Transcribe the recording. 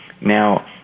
Now